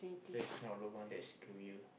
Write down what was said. that's not lobang that's career